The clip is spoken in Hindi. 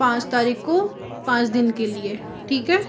पाँच तारीक को पाँच दिन के लिए ठीक है